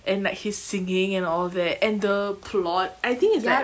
and like his singing and all that and the plot I think it's like